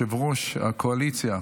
שעה, חרבות ברזל) (הוראות מיוחדות לעניין